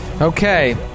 Okay